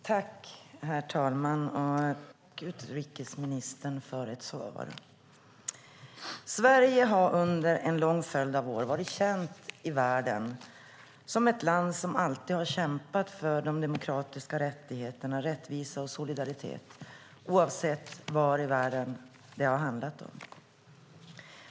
Herr talman! Jag tackar utrikesministern för svaret. Sverige har under en lång följd av år varit känt i världen som ett land som alltid har kämpat för demokratiska rättigheter, rättvisa och solidaritet oavsett var i världen det har handlat om.